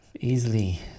easily